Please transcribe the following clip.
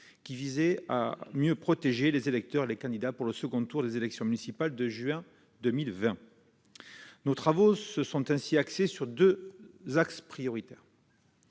qui visait à mieux protéger les électeurs et les candidats pour le second tour des élections municipales du mois de juin 2020. Ces travaux se sont concentrés sur deux axes prioritaires